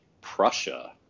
prussia